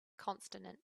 consonant